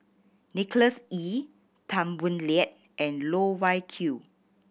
Nicholas Ee Tan Boo Liat and Loh Wai Kiew